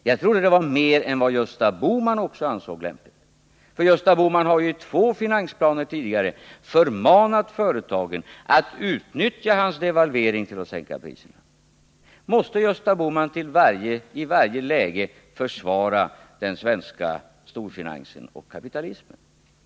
Jag trodde det var mer än vad Gösta Bohman också ansåg lämpligt, för Gösta Bohman har ju i två finansplaner tidigare förmanat företagen att utnyttja hans devalvering till att sänka priserna. Måste Gösta Bohman i varje läge försvara den svenska storfinansen och kapitalismen?